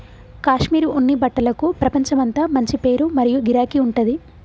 కాశ్మీర్ ఉన్ని బట్టలకు ప్రపంచమంతా మంచి పేరు మరియు గిరాకీ ఉంటది